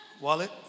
wallet